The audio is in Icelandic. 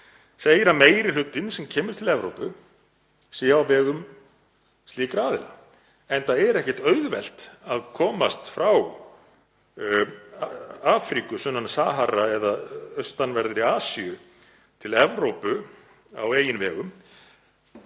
segir að meiri hlutinn sem kemur til Evrópu sé á vegum slíkra aðila, enda er ekkert auðvelt að komast frá Afríku, sunnan Sahara, eða frá austanverðri Asíu til Evrópu á eigin vegum,